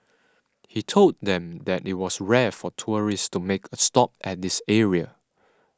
he told them that it was rare for tourists to make a stop at this area